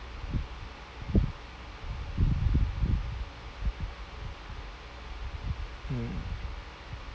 mm